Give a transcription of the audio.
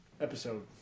Episode